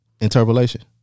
Interpolation